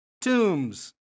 tombs